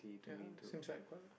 ya seems like quite